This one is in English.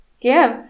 give